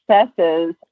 successes